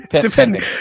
Depending